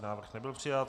Návrh nebyl přijat.